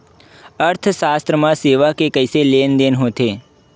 अर्थशास्त्र मा सेवा के कइसे लेनदेन होथे?